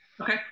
Okay